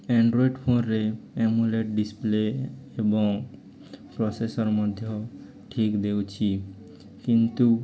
Android ଫୋନ୍ରେ AMOLED display ଏବଂ processor ମଧ୍ୟ ଠିକ୍ ଦେଉଛି କିନ୍ତୁ